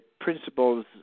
principles